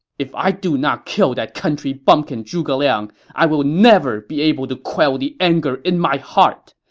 if i do not kill that country bumpkin zhuge liang, i will never be able to quell the anger in my heart!